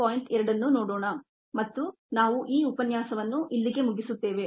2 ಅನ್ನು ನೋಡೋಣ ಮತ್ತು ನಾವು ಈ ಉಪನ್ಯಾಸವನ್ನು ಇಲ್ಲಿಗೆ ಮುಗಿಸುತ್ತೇವೆ